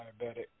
diabetic